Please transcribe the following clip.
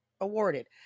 awarded